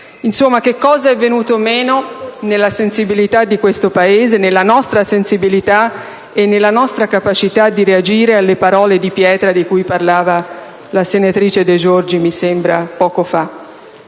che cosa è venuto meno nella sensibilità di questo Paese, nella nostra sensibilità e nella nostra capacità di reagire alle parole di pietra, di cui ha parlato la senatrice Di Giorgi poco fa?